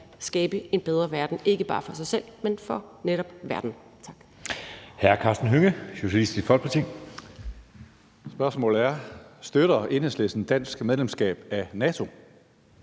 skabe en bedre verden, ikke bare for sig selv, men for netop verden. Tak.